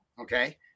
Okay